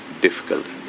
difficult